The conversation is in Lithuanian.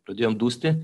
pradėjom dusti